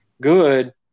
good